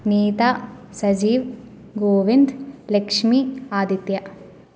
Neetha Sajeev Govind Lakshmi Aditya